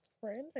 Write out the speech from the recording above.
Friend